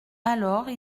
alors